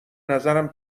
نظرم